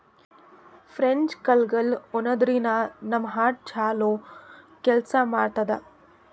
French ಕಾಳ್ಗಳ್ ಉಣಾದ್ರಿನ್ದ ನಮ್ ಹಾರ್ಟ್ ಛಲೋ ಕೆಲ್ಸ್ ಮಾಡ್ತದ್